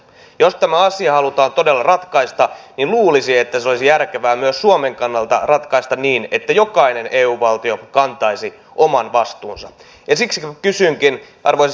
jos tämä asia halutaan todella ratkaista niin luulisi että se olisi järkevää myös suomen kannalta ratkaista niin että jokainen eu valtio kantaisi oman vastuunsa ja siksi kysynkin arvoisa sisäministeri